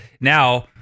Now